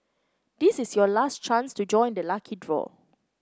this is your last chance to join the lucky draw